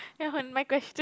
ya on my question